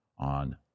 On